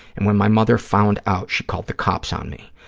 and when my mother found out, she called the cops on me.